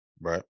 Right